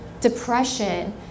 depression